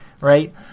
right